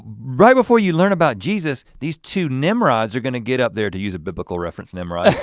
right before you learn about jesus, these two nimrods are gonna get up there to use a biblical reference nimrod.